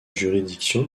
juridiction